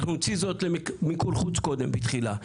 אנחנו נוציא זאת למיקור חוץ קודם בתחילה,